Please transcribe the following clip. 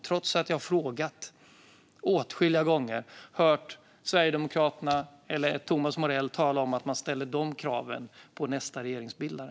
Trots att jag har frågat åtskilliga gånger har jag inte hört Sverigedemokraterna eller Thomas Morell tala om att man ställer de kraven på nästa regeringsbildare.